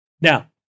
now